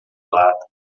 lata